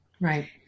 Right